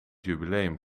jubileum